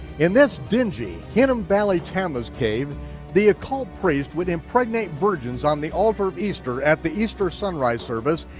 in this dingy, hidden-valley tammuz cave the occult priest would impregnate virgins on the altar of easter at the easter sunrise service,